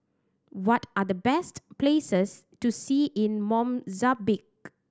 what are the best places to see in Mozambique